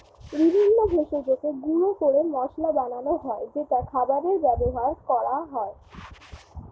বিভিন্ন ভেষজকে গুঁড়ো করে মশলা বানানো হয় যেটা খাবারে ব্যবহার করা হয়